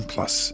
Plus